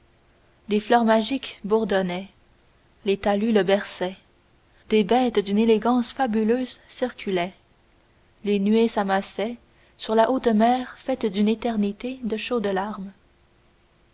des fleurs magiques bourdonnaient les talus le berçaient des bêtes d'une élégance fabuleuse circulaient les nuées s'amassaient sur la haute mer faite d'une éternité de chaudes larmes